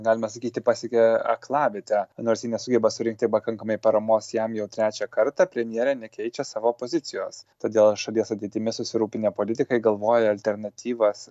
galima sakyti pasiekė aklavietę nors ji nesugeba surinkti pakankamai paramos jam jau trečią kartą premjerė nekeičia savo pozicijos todėl šalies ateitimi susirūpinę politikai galvoja alternatyvas